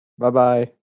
bye-bye